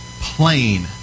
plain